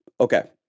okay